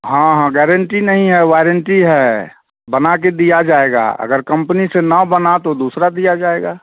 हाँ हाँ गारंटी नहीं है वारंटी है बना के दिया जाएगा अगर कंपनी से ना बना तो दूसरा दिया जाएगा